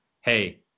hey